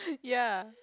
ya